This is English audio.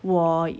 我